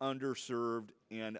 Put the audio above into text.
under served and